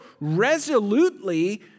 resolutely